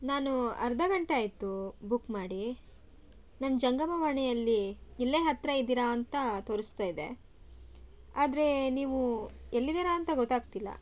ನಾನು ಅರ್ಧ ಗಂಟೆ ಆಯಿತು ಬುಕ್ ಮಾಡಿ ನನ್ನ ಜಂಗಮವಾಣಿಯಲ್ಲಿ ಇಲ್ಲೆ ಹತ್ತಿರ ಇದ್ದೀರ ಅಂತ ತೋರಿಸ್ತಾ ಇದೆ ಆದರೆ ನೀವು ಎಲ್ಲಿದ್ದೀರಾ ಅಂತ ಗೊತ್ತಾಗ್ತಿಲ್ಲ